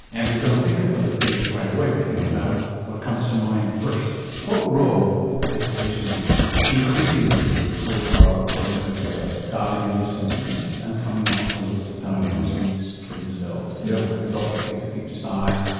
and we don't think of those things right away, we think about about what comes to mind first. what role has the patient in this? increasingly people are going to the web, dialling in their symptoms and coming up with a list of diagnoses for themselves. yeah the doctor takes a deep sigh,